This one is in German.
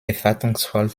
erwartungsvoll